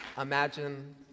Imagine